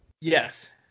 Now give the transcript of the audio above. Yes